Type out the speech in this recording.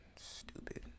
Stupid